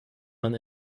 man